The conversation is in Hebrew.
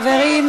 חברים.